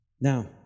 Now